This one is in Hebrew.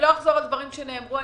לא אחזור על דברים שנאמרו.